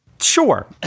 Sure